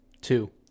Two